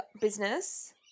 business